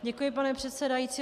Děkuji, pane předsedající.